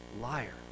Liar